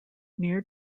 near